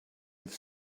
have